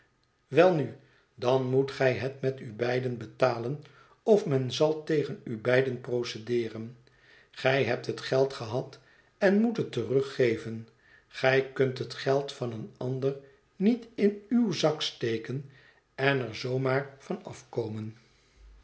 welnu dan moet gij het met u beiden betalen of men zal tegen u beiden procedeeren gij hebt het geld gehad en moet het teruggeven gij kunt het geld van een ander niet in uw zak steken en er zoo maar van afkomen